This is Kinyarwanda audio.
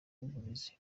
w’uburezi